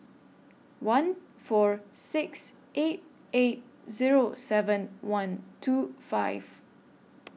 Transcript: one four six eight eight Zero seven one two five